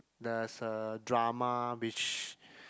there's a drama which